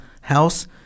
house